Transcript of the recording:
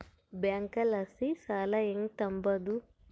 ಬ್ಯಾಂಕಲಾಸಿ ಸಾಲ ಹೆಂಗ್ ತಾಂಬದು?